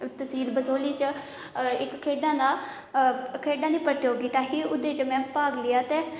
तसील बसोली च इक खेढें दा खेढां दी प्रतियोगिता ही ओह्दे च में भाग लेआ ते